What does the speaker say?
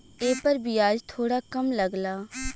एपर बियाज थोड़ा कम लगला